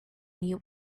new